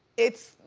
it's,